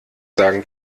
sagen